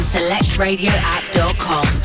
SelectRadioApp.com